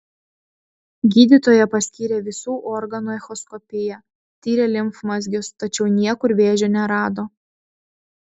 gydytoja paskyrė visų organų echoskopiją tyrė limfmazgius tačiau niekur vėžio nerado